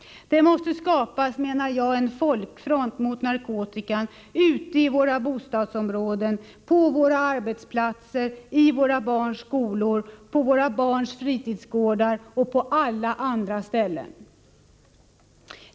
Det måste skapas en folkfront mot narkotikan ute i våra bostadsområden, på våra arbetsplatser, i våra barns skolor, på våra barns fritidsgårdar och på alla andra ställen.